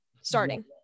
starting